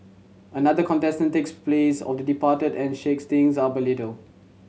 another contestant takes place of the departed and shakes things up a little